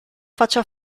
faccia